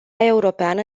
europeană